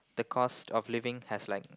the cost of living has like